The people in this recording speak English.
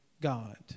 God